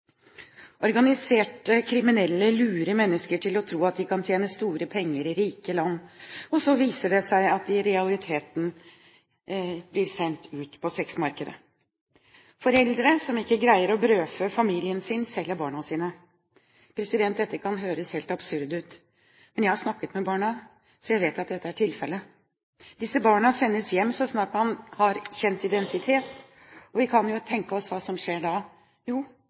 Organiserte kriminelle lurer mennesker til å tro at de kan tjene store penger i rike land, og så viser det seg at de i realiteten sender dem ut på sexmarkedet. Foreldre som ikke greier å brødfø familien sin, selger barna sine. Dette kan høres helt absurd ut. Men jeg har snakket med barna, så jeg vet at dette er tilfelle. Disse barna sendes hjem, så snart man kjenner identiteten, og vi kan jo tenke oss hva som skjer da